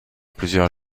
plusieurs